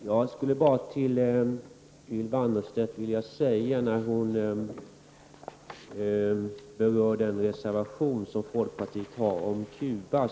Herr talman! Ylva Annerstedt berörde den reservation som folkpartiet har om Cuba.